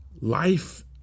life